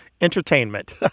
entertainment